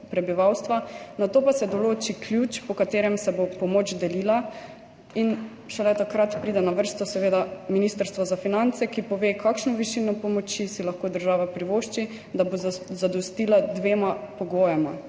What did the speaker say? prebivalstva, nato pa se določi ključ, po katerem se bo pomoč delila. In šele takrat pride na vrsto Ministrstvo za finance, ki pove, kakšno višino pomoči si lahko država privošči, da bo zadostila dvema pogojema: